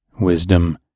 wisdom